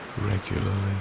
regularly